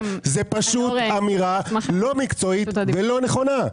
זה פשוט אמירה לא מקצועית ולא נכונה.